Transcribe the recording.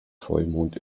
vollmond